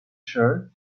shirt